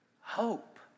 Hope